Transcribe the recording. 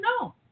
no